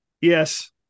Yes